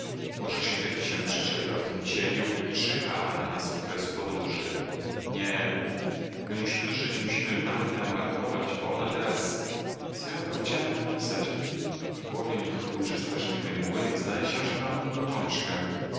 może śmierć się przyczaiła w tym cieniu i czyha na nas u kresu podróży nie my musimy żyć musimy martę ratować bo ona teraz co ja to chciałem napisać w głowie mi huczy straszliwy młyn zdaje się że mam gorączkę